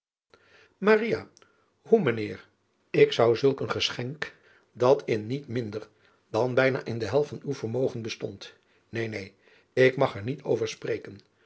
oe mijn eer ik zou zulk een geschenk dat in niet minder dan bijna in de helft van uw vermogen bestond een neen ik mag er niet over spreken